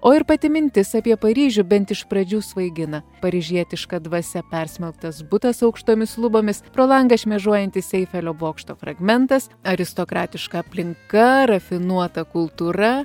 o ir pati mintis apie paryžių bent iš pradžių svaigina paryžietiška dvasia persmelktas butas aukštomis lubomis pro langą šmėžuojantis eifelio bokšto fragmentas aristokratiška aplinka rafinuota kultūra